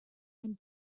and